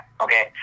Okay